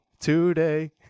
today